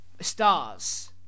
stars